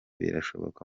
birashoboka